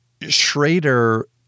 Schrader